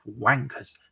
wankers